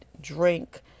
drink